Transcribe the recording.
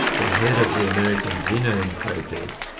the head of the american genome project,